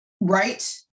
right